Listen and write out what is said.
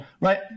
right